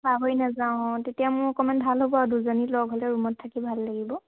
পাহৰি নাযাওঁ অঁ তেতিয়া মোৰ অকণমান ভাল হ'ব আৰু দুজনী লগ হ'লে ৰুমত থাকি ভাল লাগিব